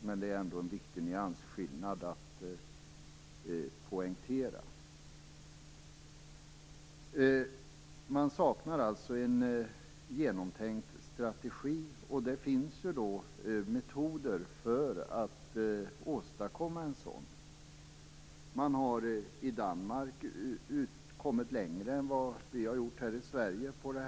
Men det är ändå en viktig nyansskillnad att poängtera. Man saknar alltså en genomtänkt strategi. Det finns metoder för att åstadkomma en sådan. I Danmark har man kommit längre än vad vi har gjort här i Sverige på området.